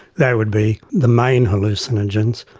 they would be the main hallucinogens.